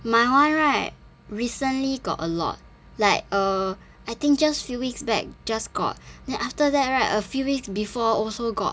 my one right recently got a lot like err I think just few weeks back just got then after that right a few weeks before also got